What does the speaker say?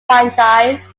franchise